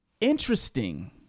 interesting